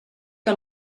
que